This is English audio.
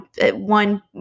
one